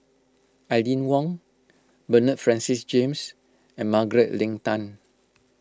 Aline Wong Bernard Francis James and Margaret Leng Tan